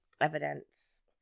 evidence